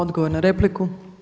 Odgovor na repliku.